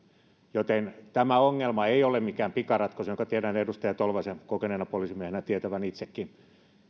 joten tämä ei ole mitään pikaratkaisu minkä tiedän edustaja tolvasen kokeneena poliisimiehenä tietävän itsekin